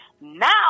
Now